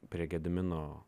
prie gedimino